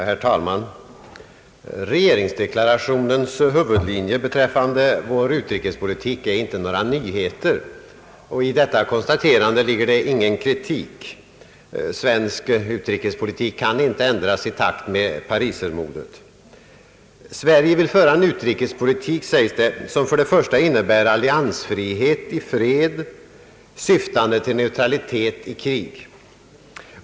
Herr talman! Regeringsdeklarationens huvudlinjer beträffande vår utrikespolitik är inte några nyheter, och i detta konstaterande ligger det ingen kritik. Svensk utrikespolitik kan inte ändras i takt med Parismodet. Det sägs att Sverige vill föra en utrikespolitik som först och främst inne bär alliansfrihet i fred syftande till neutralitet i krig.